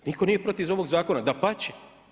Nitko nije protiv ovog zakona, dapače.